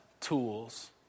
tools